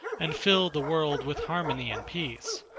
and fill the world with harmony and peace,